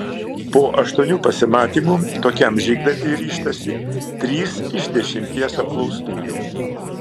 po aštuonių pasimatymų tokiam žygdarbiui ryžtasi trys iš dešimties apklaustųjų